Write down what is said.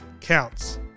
counts